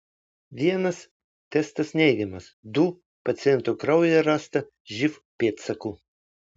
vienas testas neigiamas du paciento kraujyje rasta živ pėdsakų